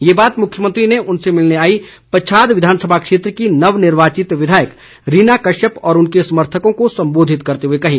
ये बात मुख्यमंत्री ने उनसे मिलने आईं पच्छाद विधानसभा क्षेत्र की नवनिर्वाचित विधायक रीना कश्यप व उनके समर्थकों को संबोधित करते हुए कही